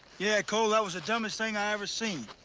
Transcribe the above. yeah, cole. that was the dumbest thing i've ever seen.